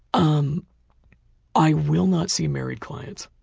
um i will not see married clients.